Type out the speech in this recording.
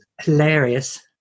hilarious